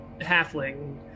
halfling